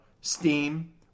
Steam